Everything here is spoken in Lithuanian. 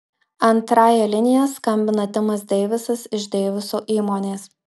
antrąja linija skambina timas deivisas iš deiviso įmonės